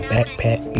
Backpack